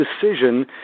decision